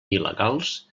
il·legals